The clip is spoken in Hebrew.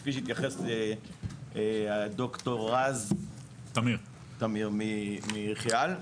כפי שהתייחס ד"ר תמיר רז מחיא"ל.